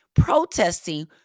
protesting